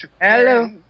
Hello